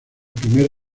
primer